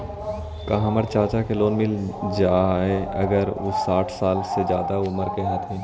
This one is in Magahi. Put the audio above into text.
का हमर चाचा के लोन मिल जाई अगर उ साठ साल से ज्यादा के उमर के हथी?